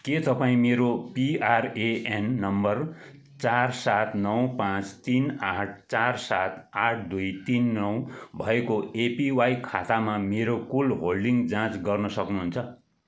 के तपाईँ मेरो पिआरएएन नम्बर चार सात नौ पाँच तिन आठ चार सात आठ दुई तिन नौ भएको एपिवाई खातामा मेरो कुल होल्डिङ जाँच गर्न सक्नुहुन्छ